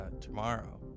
tomorrow